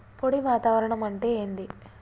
పొడి వాతావరణం అంటే ఏంది?